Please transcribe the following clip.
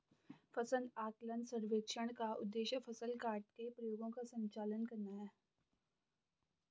फसल आकलन सर्वेक्षण का उद्देश्य फसल काटने के प्रयोगों का संचालन करना है